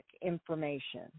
information